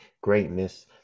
greatness